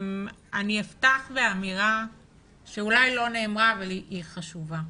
אני אפתח באמירה שאולי לא נאמרה אבל היא חשובה.